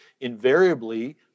invariably